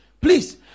please